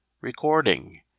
Recording